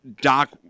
Doc